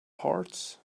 parts